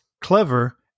clever